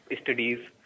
studies